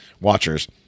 watchers